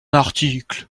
article